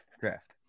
draft